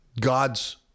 God's